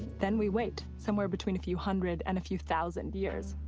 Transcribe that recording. then we wait somewhere between a few hundred and a few thousand years.